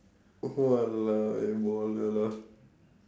!walao! eh baller lah